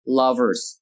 lovers